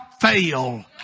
fail